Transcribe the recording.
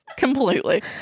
Completely